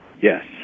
Yes